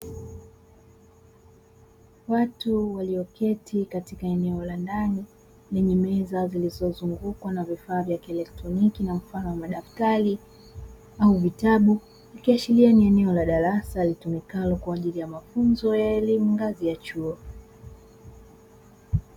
Watu walioketi katika eneo la ndani lenye meza zilizozungukwa na vifaa vya kieletroniki na mfano madaftari au vitabu, ikiashilia ni eneo la darasa litumikalo kwaajili ya mafunzo na elimu ngazi ya chuo.